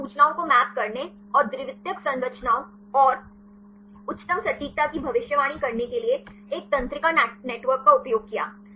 उन्होंने सूचनाओं को मैप करने और द्वितीयक संरचनाओं और उच्चतम सटीकता की भविष्यवाणी करने के लिए एक तंत्रिका नेटवर्क का उपयोग किया